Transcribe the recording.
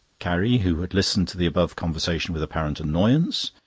carrie, who had listened to the above conversation with apparent annoyance,